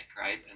right